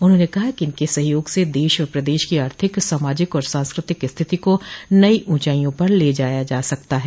उन्होंने कहा कि इनके सहयोग से देश और प्रदेश की आर्थिक सामाजिक और सांस्कृतिक स्थिति को नई ऊँचाईयों पर ले जाया जा सकता है